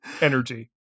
Energy